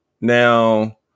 now